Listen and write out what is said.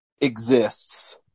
exists